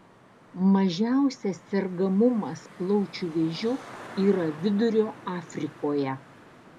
mažiausias sergamumas plaučių vėžiu yra vidurio afrikoje